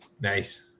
Nice